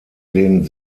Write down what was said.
den